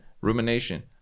Rumination